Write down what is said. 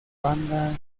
banda